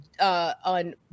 on